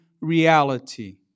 reality